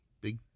Big